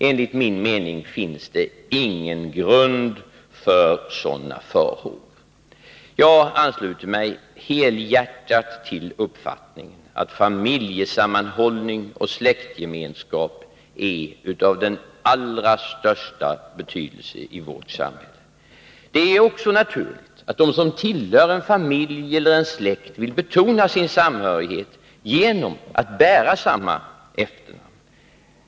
Enligt min mening finns det ingen grund för sådana farhågor. Jag ansluter mig helhjärtat till uppfattningen att familjesammanhållning och släktgemenskap är av den allra största betydelse i vårt samhälle. Det är också naturligt att de som tillhör en familj eller en släkt vill betona sin samhörighet genom att bära samma efternamn.